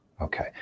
Okay